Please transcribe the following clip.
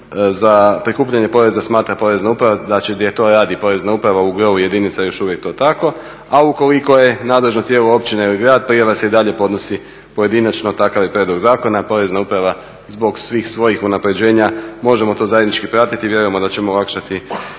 za prikupljanje poreza smatra Porezna uprava da će gdje to radi Porezna uprava, u gro jedinica je još uvijek to tako, a ukoliko je nadležno tijelo općina ili grad prijava se i dalje podnosi pojedinačno. Takav je prijedlog zakona i Porezna uprava zbog svih svojih unapređenja, možemo to zajednički pratiti i vjerujemo da ćemo olakšati